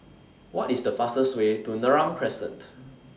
What IS The fastest Way to Neram Crescent